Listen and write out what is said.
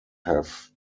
have